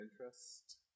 interest